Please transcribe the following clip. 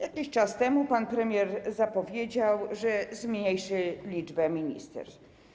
Jakiś czas temu pan premier zapowiedział, że zmniejszy liczbę ministerstw.